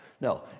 No